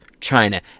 China